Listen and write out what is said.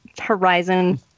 horizon